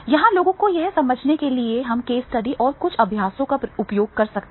यहाँ लोगों को यह समझने के लिए कि हम केस स्टडी और कुछ अभ्यासों का उपयोग कर सकते हैं